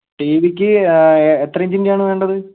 T വിക്ക് എത്ര ഇഞ്ചിൻറ്റെയാണ് വേണ്ടത്